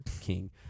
king